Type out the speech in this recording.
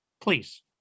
please